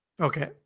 Okay